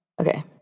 Okay